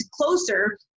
closer